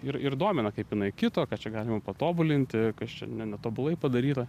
ir ir domina kaip jinai kito ką čia galima patobulinti kas čia ne netobulai padaryta